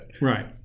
Right